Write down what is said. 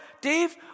Dave